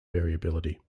variability